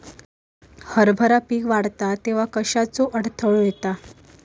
हरभरा पीक वाढता तेव्हा कश्याचो अडथलो येता?